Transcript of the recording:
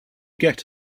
get